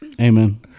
Amen